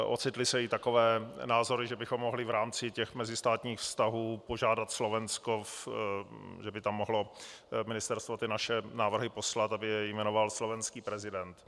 Ocitly se i takové názory, že bychom mohli v rámci mezistátních vztahů požádat Slovensko, že by tam mohlo ministerstvo naše návrhy poslat, aby je jmenoval slovenský prezident.